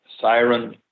siren